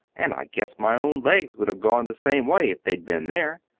and i guess my own legs would have gone the same way if they'd been there.